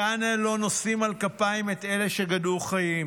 כאן לא נושאים על כפיים את אלה שגדעו חיים.